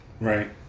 Right